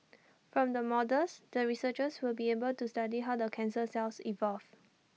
from the models the researchers will be able to study how the cancer cells evolve